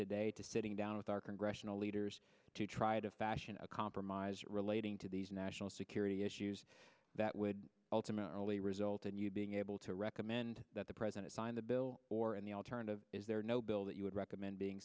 today to sitting down with our congressional leaders to try to fashion a compromise relating to these national security issues that would ultimately result in you being able to recommend that the president sign the bill or in the alternative is there no bill that you would recommend being